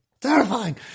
terrifying